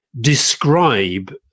describe